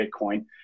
Bitcoin